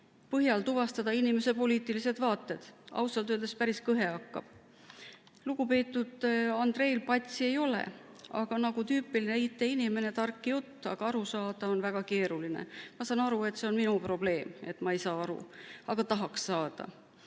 põhjal tuvastada inimese poliitilised vaated. Ausalt öeldes päris kõhe hakkab. Lugupeetud Andreil patsi ei ole, aga ta on nagu tüüpiline IT‑inimene: tark jutt, aga aru saada on väga keeruline. Ma saan aru, et see on minu probleem, et ma ei saa aru. Aga tahaks saada.